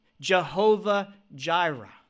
Jehovah-Jireh